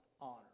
honor